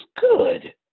good